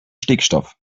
stickstoff